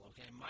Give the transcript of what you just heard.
Okay